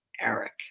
eric